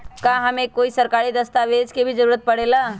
का हमे कोई सरकारी दस्तावेज के भी जरूरत परे ला?